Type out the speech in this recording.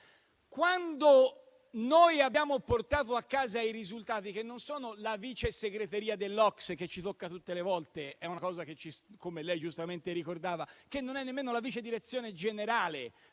Quando abbiamo portato a casa i risultati, questi non sono la Vice Segreteria dell'OCSE, che ci tocca tutte le volte; è una cosa - come lei giustamente ricordava - che non è nemmeno la vice direzione generale